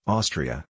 Austria